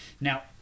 Now